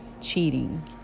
cheating